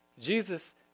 Jesus